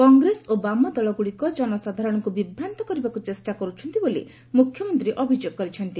କଂଗ୍ରେସ ଓ ବାମ ଦଳଗୁଡ଼ିକ ଜନସାଧାରଣଙ୍କୁ ବିଭ୍ରାନ୍ତ କରିବାକୁ ଚେଷ୍ଟା କରୁଛନ୍ତି ବୋଲି ମୁଖ୍ୟମନ୍ତ୍ରୀ ଅଭିଯୋଗ କରିଛନ୍ତି